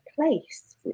place